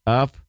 up